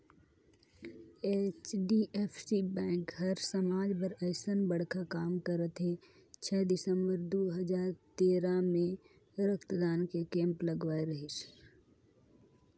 HDFC bank हर समाज बर अइसन बड़खा काम करत हे छै दिसंबर दू हजार तेरा मे रक्तदान के केम्प लगवाए रहीस